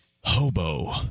hobo